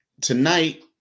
tonight